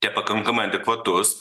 nepakankamai adekvatus